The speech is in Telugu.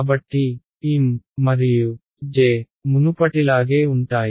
కాబట్టి M మరియు J మునుపటిలాగే ఉంటాయి